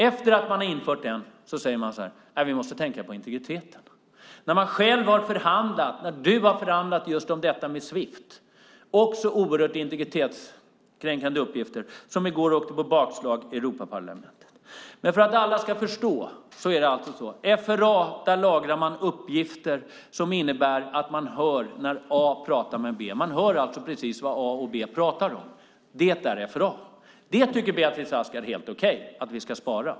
Efter att man har infört den säger man: Vi måste tänka på integriteten. Du har även förhandlat om Swift som också är mycket integritetskränkande uppgifter och som åkte på bakslag i går i Europaparlamentet. För att alla ska förstå: I FRA lagrar man uppgifter som innebär att man hör när A pratar med B. Man hör alltså precis vad A och B pratar om. Det tycker Beatrice Ask är helt okej att vi ska spara.